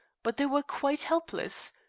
but they were quite helpless.